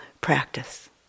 practice